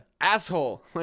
asshole